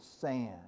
sand